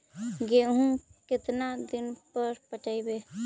गेहूं केतना दिन पर पटइबै?